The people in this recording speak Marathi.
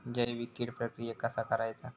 जैविक कीड प्रक्रियेक कसा करायचा?